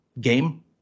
game